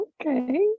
okay